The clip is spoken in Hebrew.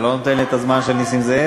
אתה לא נותן לי את הזמן של נסים זאב?